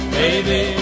baby